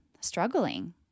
struggling